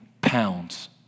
pounds